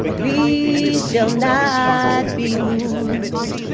we shall not be moved.